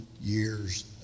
years